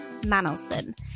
Manelson